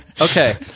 Okay